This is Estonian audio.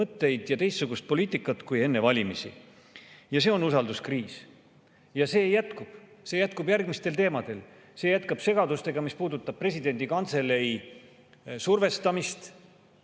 mõtteid ja teistsugust poliitikat kui enne valimisi. See on usalduskriis ja see jätkub, see jätkub järgmiste teemadega. See jätkub segadusega, mis puudutab presidendi kantselei survestamist,